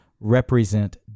represent